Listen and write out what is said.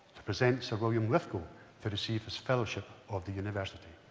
to present sir william lithgow to receive his fellowship of the university.